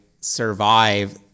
survive